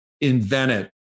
invented